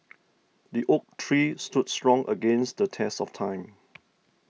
the oak tree stood strong against the test of time